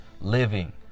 living